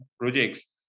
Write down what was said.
projects